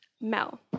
Mel